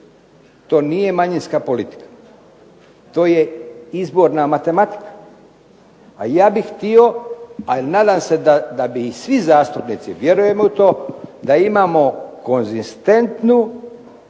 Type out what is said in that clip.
To nije manjinska politike, to je izborna matematika, a ja bih htio, a nadam se da bi svi zastupnici vjerujem u to da imamo konzistentnu